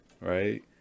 right